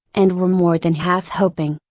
and were more than half hoping,